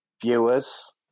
viewers